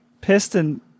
piston